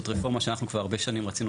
זאת רפורמה שאנחנו כבר הרבה שנים רצינו